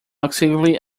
exceedingly